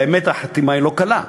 באמת, החתימה היא לא קלה.